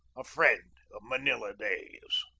a friend of manila days.